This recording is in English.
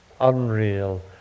unreal